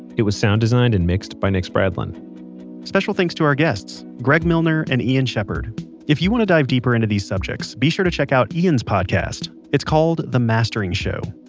it was sound designed and mixed by nick spradlin special thanks to our guests greg milner and ian shepherd if you want to dive deeper into these subjects, be sure to check out ian's podcast, it's called the mastering show.